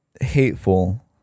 hateful